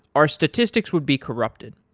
our statistics would be corrupted.